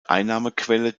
einnahmequelle